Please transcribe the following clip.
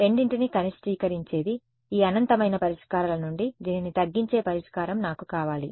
రెండింటినీ కనిష్టీకరించేది ఈ అనంతమైన పరిష్కారాల నుండి దీనిని తగ్గించే పరిష్కారం నాకు కావాలి